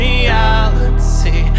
Reality